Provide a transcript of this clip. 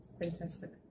Fantastic